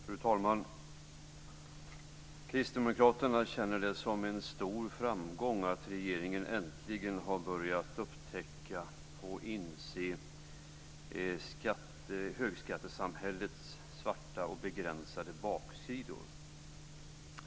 Fru talman! Kristdemokraterna känner det som en stor framgång att regeringen äntligen har börjat upptäcka och inse högskattesamhällets svarta och begränsande baksidor.